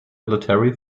military